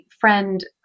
friend